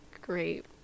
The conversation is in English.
great